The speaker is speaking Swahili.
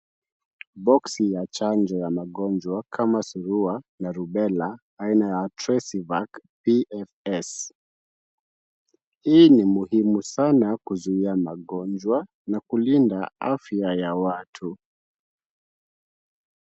Boksi ya chanjo ya magonjwa kama surua na rubela aina ya Tresivac PFS. Hii ni muhimu sana kuzuia magonjwa na kulinda afya ya watu.